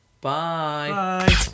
bye